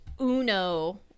Uno